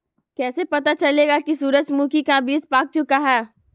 कैसे पता चलेगा की सूरजमुखी का बिज पाक चूका है?